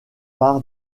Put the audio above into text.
par